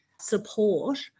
support